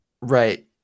Right